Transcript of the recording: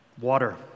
Water